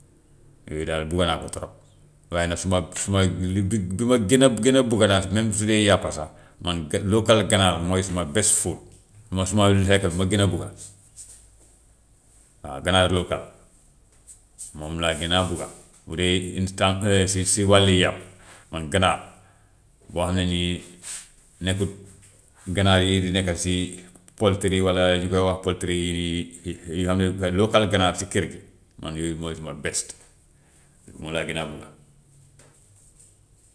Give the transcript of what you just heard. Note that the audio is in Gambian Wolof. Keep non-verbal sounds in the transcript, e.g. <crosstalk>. Yooyu daal bugga naa ko trop, waaye nag suma suma li bi bi ma gën a gën a bugga daal même su dee yàppa sax, man ga- local ganaar bi mooy suma best food, mooy suma lekk bi ma gën a bugga. <noise> Waaw ganaar local moom laa gën a bugga bu dee itam <hesitation> si si wàlli yàpp man ganaar boo xam ne nii <noise> nekkut ganaar yooyu di nekka si poltry walla ñu koy wax poltry yu xamee ko local ganaar si kër gi man yooyu mooy suma best, moom laa gën a bugga.